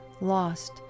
lost